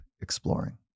exploring